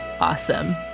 awesome